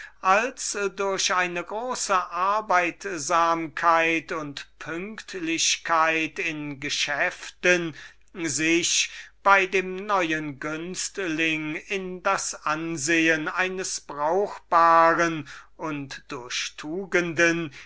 als durch eine große arbeitsamkeit und pünktlichkeit in den geschäften sich bei dem neuen günstling in das ansehen eines brauchbaren mannes und durch tugenden